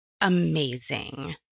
Amazing